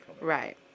Right